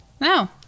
No